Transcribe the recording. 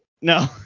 No